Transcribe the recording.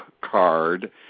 card